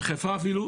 ואפילו חיפה,